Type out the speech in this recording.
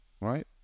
right